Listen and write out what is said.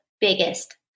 biggest